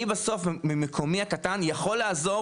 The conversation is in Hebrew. אני בסוף ממקומי הקטן יכול לעזור